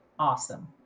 Awesome